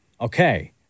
Okay